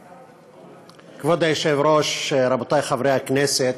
כבוד היושב-ראש, חברותי וחברי חברי הכנסת,